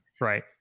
right